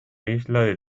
isla